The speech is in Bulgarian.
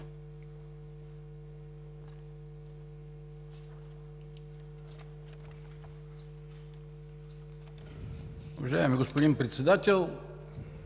Уважаеми господин Председател,